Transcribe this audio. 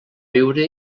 viure